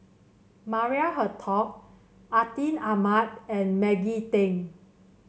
Maria Hertogh Atin Amat and Maggie Teng